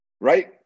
Right